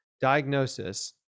diagnosis